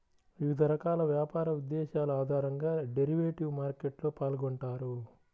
వివిధ రకాల వ్యాపార ఉద్దేశాల ఆధారంగా డెరివేటివ్ మార్కెట్లో పాల్గొంటారు